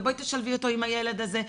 ובואי תשלבי אותו עם הילד הזה.